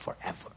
forever